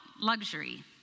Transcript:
luxury